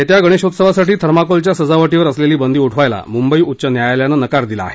येत्या गणेशोत्सवासाठी थर्माकोलच्या सजावटीवर असलेली बंदी उठवायला मुंबई उच्च न्यायालयानं नकार दिला आहे